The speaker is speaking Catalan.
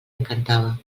encantava